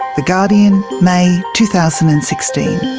the guardian, may two thousand and sixteen.